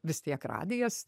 vis tiek radijas